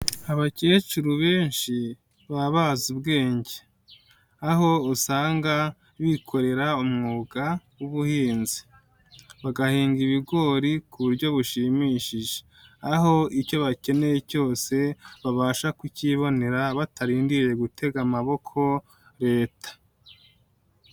Abakecuru benshi baba bazi ubwenge. Aho usanga bikorera umwuga w'ubuhinzi bagahinga ibigori ku buryo bushimishije, aho icyo bakeneye cyose babasha kukibonera batarindiriye gutega amaboko Leta.